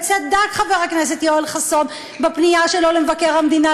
צדק חבר הכנסת יואל חסון בפנייה שלו למבקר המדינה